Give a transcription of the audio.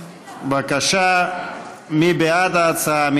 בבקשה, מי בעד ההצעה?